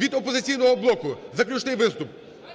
Від "Опозиційного блоку" заключний виступ